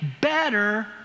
better